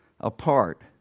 apart